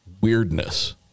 weirdness